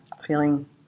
feeling